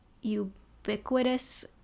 ubiquitous